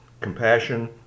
compassion